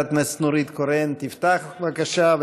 חברת הכנסת נורית קורן תפתח, בבקשה.